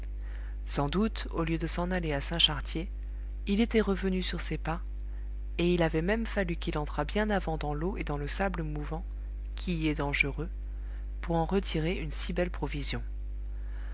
sans doute au lieu de s'en aller à saint chartier il était revenu sur ses pas et il avait même fallu qu'il entrât bien avant dans l'eau et dans le sable mouvant qui y est dangereux pour en retirer une si belle provision